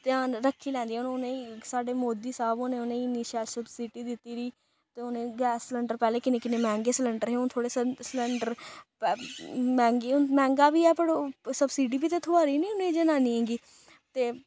ध्यान रक्खी लैंदियां न हून उ'नेंई स्हाडे मोदी साह्ब होरें उ'नेंगी इन्नी शैल सबसिडी दित्ती दी ते उ'नें गैस सलैंडर पैह्लें किन्नै किन्नै मैंह्गे सलैंडर हे हून थोह्ड़े सलै सलैंडर मैंह्गे मैंह्गा बी ऐ पर सबसिडी बी ते थ्होआ दी निं उ'नें जनानियें गी ते